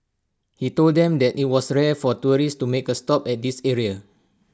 he told them that IT was rare for tourists to make A stop at this area